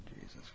Jesus